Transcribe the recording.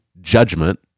judgment